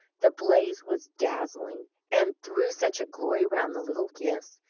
the blaze was dazzling, and threw such a glory round the little gifts,